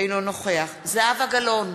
אינו נוכח זהבה גלאון,